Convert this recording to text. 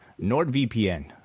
NordVPN